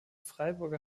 freiburger